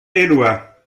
eloi